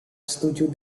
setuju